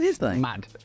Mad